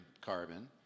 carbon